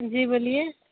जी बोलिए